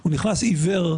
הוא נכנס עיוור,